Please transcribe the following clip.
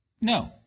No